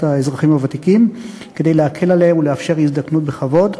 האזרחים הוותיקים כדי להקל עליהם ולאפשר הזדקנות בכבוד.